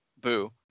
Boo